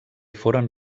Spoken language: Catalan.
foren